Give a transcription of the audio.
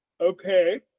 Okay